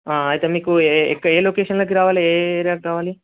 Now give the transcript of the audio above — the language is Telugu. అయితే మీకు ఏ ఎక్క ఏ లొకేషన్లోకి రావాలి ఏ ఏరియాకి రావాలి